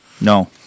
No